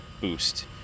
boost